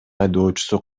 айдоочусу